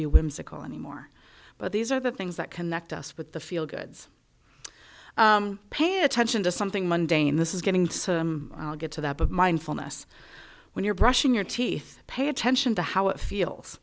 be whimsical anymore but these are the things that connect us with the feel goods pay attention to something mundane this is getting so i'll get to that but mindfulness when you're brushing your teeth pay attention to how it feels